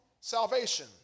salvation